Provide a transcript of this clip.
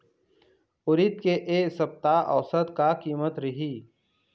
उरीद के ए सप्ता औसत का कीमत रिही?